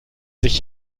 sich